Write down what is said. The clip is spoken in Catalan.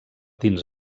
dins